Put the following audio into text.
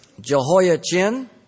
Jehoiachin